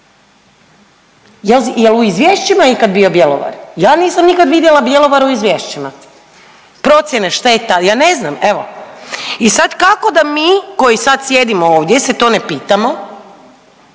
Je li u izvješćima ikad bio Bjelovar? Ja nisam nikad vidjela Bjelovar u izvješćima. Procjene šteta, ja ne znam, evo. I sad kako da mi koji sad sjedimo ovdje se to ne pitamo